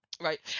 right